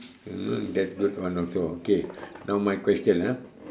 mm that's good one also okay now my question ah